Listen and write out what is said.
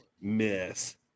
miss